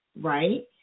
right